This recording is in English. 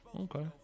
Okay